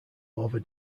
over